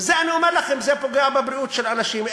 וזה, אני אומר לכם, פוגע בבריאות של אנשים.